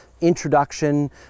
introduction